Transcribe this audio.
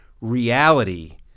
reality